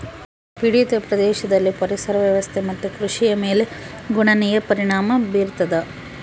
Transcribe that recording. ಪೀಡಿತ ಪ್ರದೇಶದಲ್ಲಿ ಪರಿಸರ ವ್ಯವಸ್ಥೆ ಮತ್ತು ಕೃಷಿಯ ಮೇಲೆ ಗಣನೀಯ ಪರಿಣಾಮ ಬೀರತದ